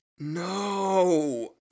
No